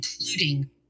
including